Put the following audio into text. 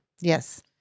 yes